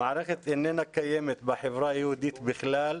המערכת איננה קיימת בחברה היהודית בכלל,